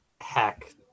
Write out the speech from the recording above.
heck